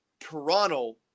toronto